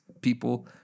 people